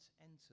enter